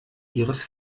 ihres